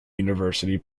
university